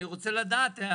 ואני רוצה לדעת.